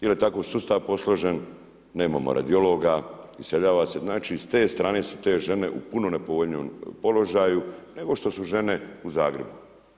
Jer je tako sustav posložen, nemamo radiologa, iseljava se, znači iz te strane su te žene u puno nepovoljnijem položaju, nego što su žene u Zagrebu.